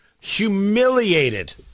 Humiliated